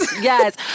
Yes